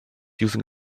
using